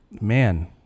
man